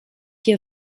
hier